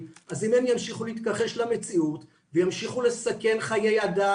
אז אם הם ימשיכו להתכחש למציאות וימשיכו לסכן חיי אדם